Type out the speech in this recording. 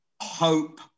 hope